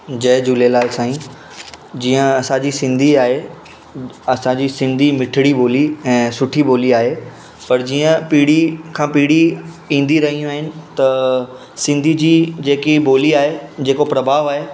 जय झूलेलाल साईं जीअं असांजी सिंधी आए असांजी सिंधी मिठड़ी ॿोली ऐं सुठी ॿोली आहे पर जीअं पीढ़ी खां पीढ़ी ईंदी रहियूं आहिनि त सिंधी जी जेकी बोली आहे जेको प्रभाव आहे